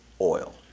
oil